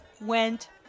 went